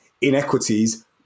inequities